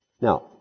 Now